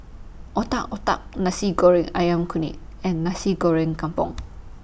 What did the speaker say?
Otak Otak Nasi Goreng Ayam Kunyit and Nasi Goreng Kampung